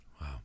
Wow